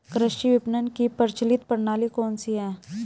कृषि विपणन की प्रचलित प्रणाली कौन सी है?